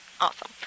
Awesome